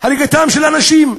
הריגתם של אנשים,